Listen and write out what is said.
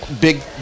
big